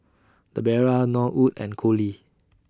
Debera Norwood and Colie